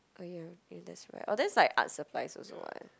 oh ya okay that's right oh that's like art supplies also [what]